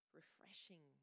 refreshing